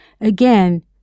again